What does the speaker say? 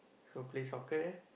so play soccer